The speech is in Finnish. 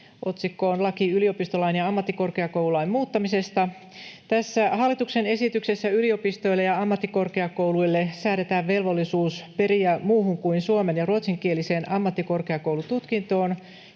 otsikko on laki yliopistolain ja ammattikorkeakoululain muuttamisesta. Tässä hallituksen esityksessä yliopistoille ja ammattikorkeakouluille säädetään velvollisuus periä muuhun kuin suomen- ja ruotsinkieliseen ammattikorkeakoulututkintoon